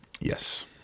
yes